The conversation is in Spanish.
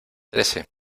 trece